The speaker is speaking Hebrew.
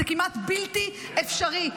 זה כמעט בלתי אפשרי.